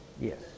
yes